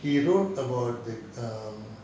he wrote about the um